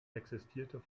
existierte